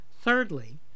Thirdly